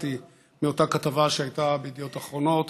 והזדעזעתי מאותה כתבה שהייתה בידיעות אחרונות.